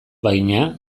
bagina